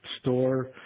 store